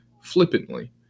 flippantly